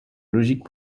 logiques